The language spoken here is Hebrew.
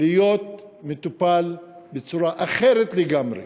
להיות מטופל בצורה אחרת לגמרי.